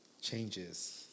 changes